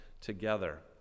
together